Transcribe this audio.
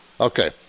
Okay